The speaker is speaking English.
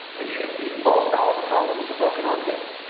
and you can see most all the columns have broken off this,